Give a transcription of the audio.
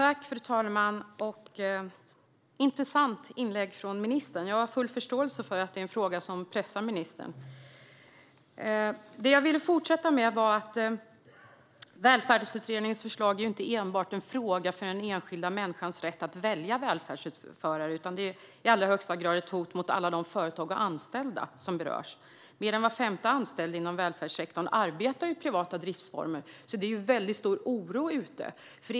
Fru talman! Det var ett intressant inlägg från ministern. Jag har full förståelse för att det är en fråga som pressar ministern. Det jag ville fortsätta med är att Välfärdsutredningens förslag ju inte bara är en fråga om den enskilda människans rätt att välja välfärdsutförare utan också i allra högsta grad ett hot mot alla de företag och anställda som berörs. Mer än var femte anställd inom välfärdssektorn arbetar ju i privata driftsformer, så det är väldigt stor oro där ute.